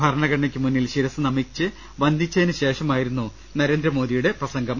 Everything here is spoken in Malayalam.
ഭരണഘടനയ്ക്ക് മുന്നിൽ ശ്രിരസ്സ് നമിച്ച് വന്ദിച്ചതിന് ശേഷ മായിരുന്നു നരേന്ദ്രമോദിയുടെ പ്രസംഗം